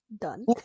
done